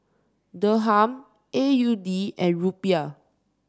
Dirham A U D and Rupiah